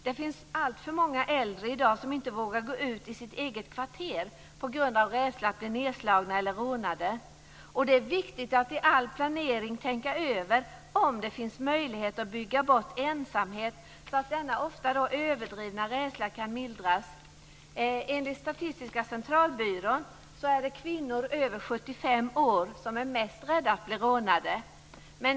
Det finns alltför många äldre i dag som inte vågar gå ut i sitt eget kvarter på grund av rädsla för att bli nedslagna eller rånade. Det är viktigt att i all planering tänka över om det finns möjlighet att bygga bort ensamhet, så att denna ofta överdrivna rädsla kan mildras. 75 år som är mest rädda för att bli rånade.